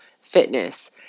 fitness